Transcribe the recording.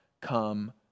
come